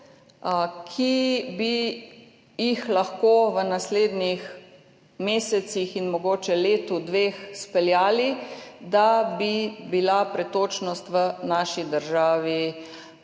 ki bi jih lahko v naslednjih mesecih in mogoče letu, dveh izpeljali, da bi bila pretočnost v naši državi